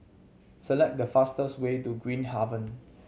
select the fastest way to Green Haven